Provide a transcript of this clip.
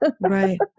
Right